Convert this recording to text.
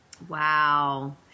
Wow